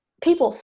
people